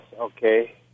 okay